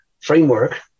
framework